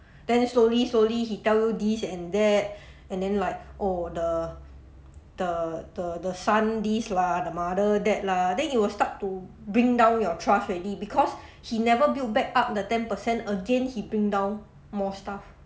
then slowly slowly he tell you this and that and then like oh the the the the son this lah the mother that lah then you will start to bring down your trust already because he never built back up that ten percent again he bring down more stuff